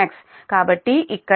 కాబట్టి ఇక్కడ మనము Pi 0